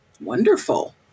Wonderful